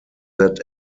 that